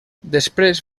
després